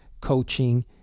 coaching